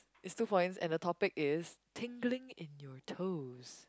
is two points and the topic is tingling in your toes